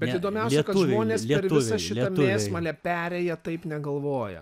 bet įdomiausia kad žmonės per visą šitą mėsmalę perėję taip negalvoja